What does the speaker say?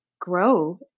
grow